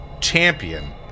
champion